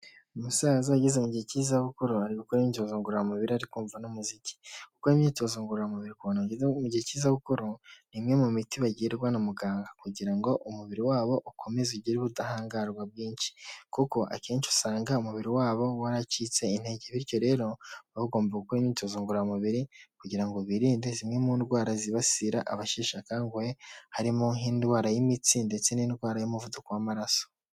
Umusaza ageze mu gihe cy'ibukuru ari gukora imyitozo ngororamubiri ari no kumva n'umuziki. Gukora imyitozo ngororamubiri ku bantu bageze mu gihe cy'izabukuru, ni imwe mu miti bagirwa na muganga, kugira ngo umubiri wabo ukomeze ugire ubudahangarwa bwinshi. Kuko akenshi usanga umubiri wabo waracitse intege; bityo rero, baba bagomba gukora imyitozo ngoramubiri kugira ngo birinde zimwe mu ndwara zibasira abasheshekanguhe; harimo nk'indwara y'imitsi ndetse n'indwara y'umuvuduko w'amaraso.